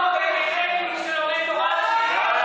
האויבים שלכם.